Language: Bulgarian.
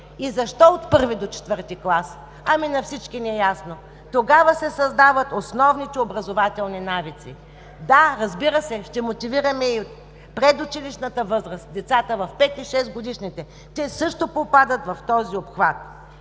Защо от първи до четвърти клас? На всички ни е ясно. Тогава се създават основните образователни навици. Да, разбира се, ще мотивираме и предучилищната възраст – 5 и 6-годишните деца. Те също попадат в този обхват.